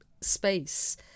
space